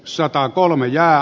sotaa kolme ja